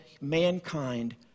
mankind